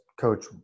coach